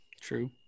True